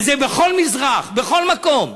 זה בכל מזרח, בכל מקום.